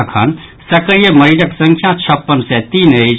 अखन सक्रिय मरीजक संख्या छप्पन सय तीन अछि